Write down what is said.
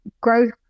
growth